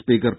speaker P